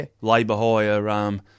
labour-hire